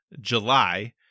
July